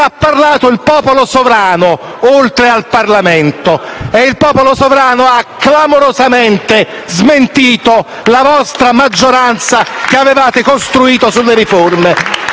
parlato il popolo sovrano, oltre al Parlamento. E il popolo sovrano ha clamorosamente smentito la vostra maggioranza che avevate costruito sulle riforme.